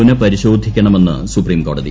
പുനപരിശോധിക്കണ്ട്മുന്ന് സൂപ്രീംകോടതി